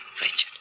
Richard